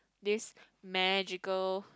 this magical